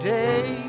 day